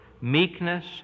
Meekness